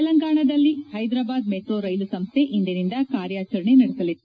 ತೆಲಂಗಾಣದಲ್ಲಿ Hyderabad metro rail ಸಂಸ್ಥೆ ಇಂದಿನಿಂದ ಕಾರ್ಯಾಚರಣೆ ನಡೆಸಲಿದೆ